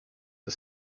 der